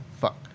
fuck